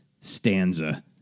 stanza